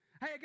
Hey